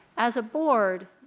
as a board,